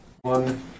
One